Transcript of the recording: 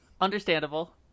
understandable